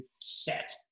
set